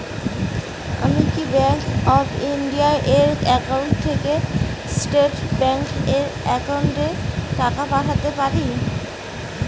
আমি কি Bank of India এর একাউন্ট থেকে স্টেট ব্যাংক এর একাউন্টে টাকা পাঠাতে পারি?